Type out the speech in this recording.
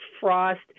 frost